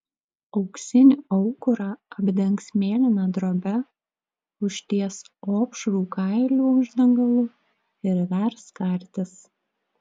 auksinį aukurą apdengs mėlyna drobe užties opšrų kailių uždangalu ir įvers kartis